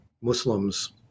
Muslims